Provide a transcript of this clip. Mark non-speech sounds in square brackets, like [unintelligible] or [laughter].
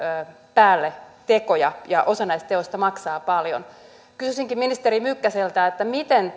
päälle tekoja ja osa näistä teoista maksaa paljon kysyisinkin ministeri mykkäseltä miten [unintelligible]